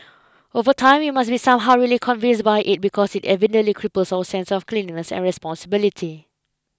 over time we must be somehow really convinced by it because it evidently cripples our sense of cleanliness and responsibility